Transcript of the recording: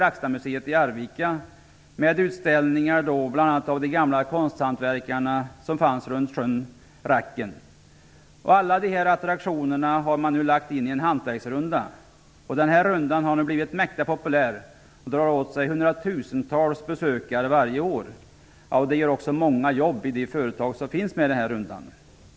Där finns utställningar av bl.a. de gamla konsthantverkare som fanns runt sjön Racken. Alla dessa attraktioner har man lagt in i en hantverksrunda. Denna runda har nu blivit mäkta populär och drar till sig hundratusentals besökare varje år. Det ger också många jobb i de företag som finns med i rundan.